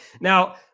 Now